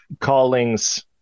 callings